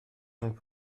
rhwng